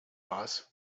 boss